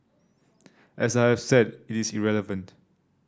as I have said it is irrelevant